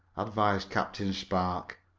advised captain spark.